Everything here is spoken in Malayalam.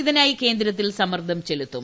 ഇതിനായി കേന്ദ്രത്തിൽ സമ്മർദ്ദം ചെലുത്തും